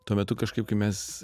tuo metu kažkaip kai mes